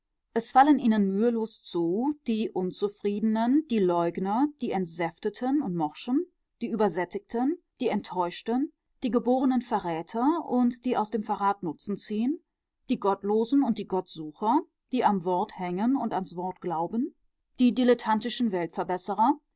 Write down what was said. es fallen ihnen mühelos zu die unzufriedenen die leugner die entsäfteten und morschen die übersättigten die enttäuschten die geborenen verräter und die aus dem verrat nutzen ziehen die gottlosen und die gottsucher die am wort hängen und ans wort glauben die dilettantischen weltverbesserer